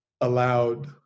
allowed